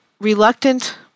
reluctant